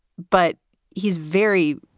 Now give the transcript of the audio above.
but he's very,